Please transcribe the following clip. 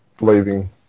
leaving